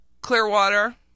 Clearwater